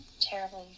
terribly